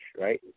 right